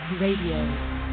Radio